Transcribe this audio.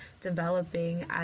developing